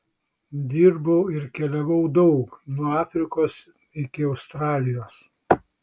dirbau ir keliavau daug nuo afrikos iki australijos